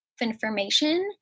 information